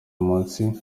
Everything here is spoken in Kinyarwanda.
munsi